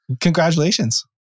Congratulations